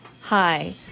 Hi